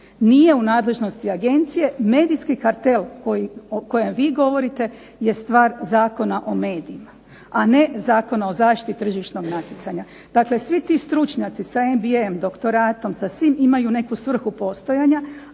nije u nadležnosti agencije. Medijski kartel o kojem vi govorite je stvar Zakona o medijima, a ne Zakona o zaštiti tržišnog natjecanja. Dakle, svi ti stručnjaci sa MBM doktoratom sa svim imaju neku svrhu postojanja,